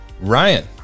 Ryan